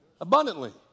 Abundantly